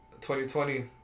2020